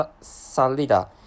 Salida